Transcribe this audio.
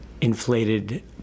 inflated